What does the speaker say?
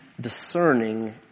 discerning